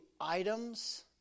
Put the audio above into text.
items